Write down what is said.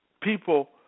People